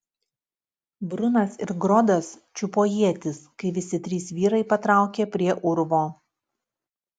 brunas ir grodas čiupo ietis kai visi trys vyrai patraukė prie urvo